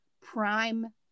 prime